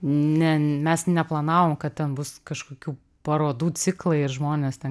ne mes neplanavom kad ten bus kažkokių parodų ciklai ir žmonės ten